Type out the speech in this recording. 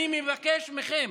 אני מבקש מכם